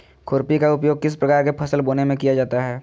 खुरपी का उपयोग किस प्रकार के फसल बोने में किया जाता है?